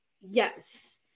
Yes